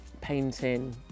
painting